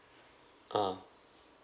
ah